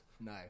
No